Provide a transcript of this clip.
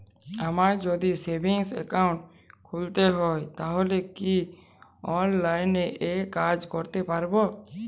আমায় যদি savings account খুলতে হয় তাহলে কি অনলাইনে এই কাজ করতে পারবো?